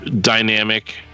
dynamic